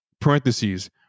parentheses